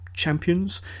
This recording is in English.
champions